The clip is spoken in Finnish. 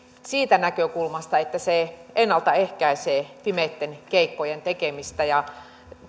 siitä näkökulmasta että se ennalta ehkäisee pimeitten keikkojen tekemistä ja